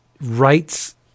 rights